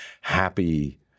happy